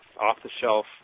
off-the-shelf